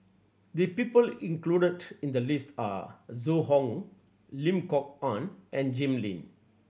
the people included in the list are Zhu Hong Lim Kok Ann and Jim Lim